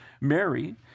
Mary